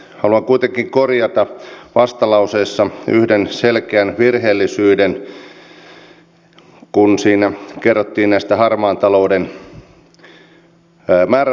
haluan kuitenkin korjata vastalauseessa yhden selkeän virheellisyyden kun siinä kerrottiin näistä harmaan talouden määrärahoista